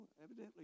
Evidently